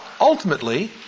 Ultimately